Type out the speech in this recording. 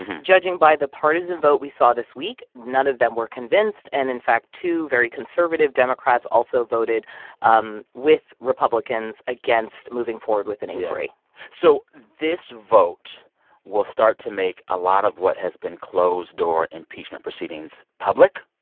judging by the partisan vote we saw this week, none of them were convinced. and in fact, two very conservative democrats also voted um with republicans against moving forward with an inquiry so this vote will start to make a lot of what has been closed-door impeachment proceedings public,